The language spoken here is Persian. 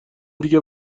دیگه